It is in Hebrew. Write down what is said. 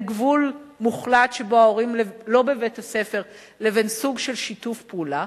גבול מוחלט שבו ההורים לא בבית-הספר לבין סוג של שיתוף פעולה,